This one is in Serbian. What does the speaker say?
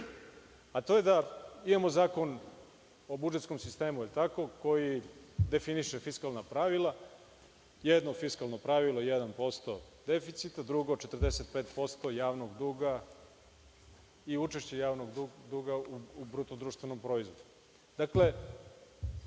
a to je da imamo Zakon o budžetskom sistemu, da li je tako, koji definiše fiskalna pravila. Jedno fiskalno pravilo jedan posto deficita, drugo 45% javnog duga i učešće javnog duga u bruto društvenom proizvodu. Dakle,